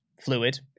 fluid